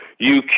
UQ